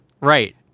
Right